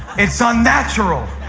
it's unnatural.